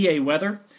Weather